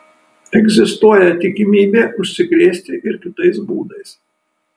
egzistuoja tikimybė užsikrėsti ir kitais būdais